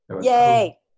Yay